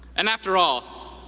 and after all,